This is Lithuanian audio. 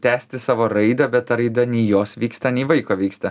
tęsti savo raidą bet ta raida nei jos vyksta nei vaiko vyksta